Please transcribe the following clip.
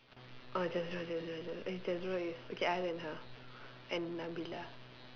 orh Jazrael Jazrael Jaz~ eh Jazrael yes okay other than her and Nabilah